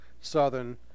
southern